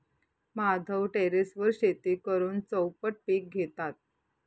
माधव टेरेसवर शेती करून चौपट पीक घेतात